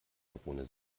drohne